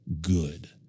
Good